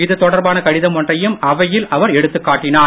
இது தொடர்பான கடிதம் ஒன்றையும் அவையில் அவர் எடுத்துக் காட்டினார்